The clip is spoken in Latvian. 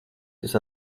kas